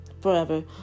Forever